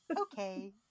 Okay